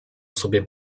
sobie